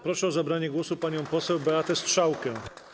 Proszę o zabranie głosu panią poseł Beatę Strzałkę.